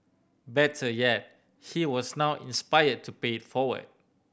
better yet he was now inspired to pay it forward